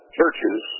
churches